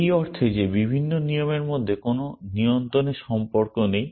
এই অর্থে যে বিভিন্ন নিয়মের মধ্যে কোন নিয়ন্ত্রণএর সম্পর্ক নেই